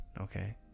okay